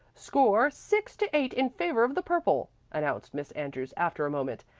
score, six to eight in favor of the purple, announced miss andrews after a moment.